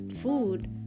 food